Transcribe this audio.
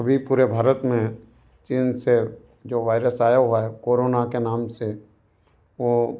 अभी पूरे भारत में चीन से जो वायरस आया हुआ है कोरोना के नाम से वो